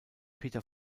peter